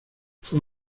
fue